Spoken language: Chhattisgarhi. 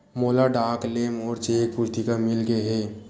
मोला डाक ले मोर चेक पुस्तिका मिल गे हे